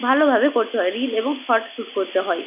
ভালোভাবে করতে হয় রিল এবং শট শুট করতে হয়